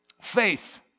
Faith